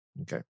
okay